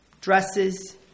dresses